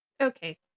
Okay